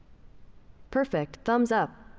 perfect. thumbs up.